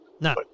No